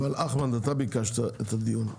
אבל אחמד, אתה ביקשת את הדיון.